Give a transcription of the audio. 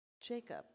Jacob